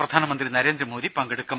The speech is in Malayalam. പ്രധാനമന്ത്രി നരേന്ദ്രമോദി പങ്കെടുക്കും